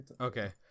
Okay